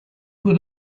would